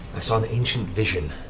i saw an ancient vision